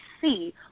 see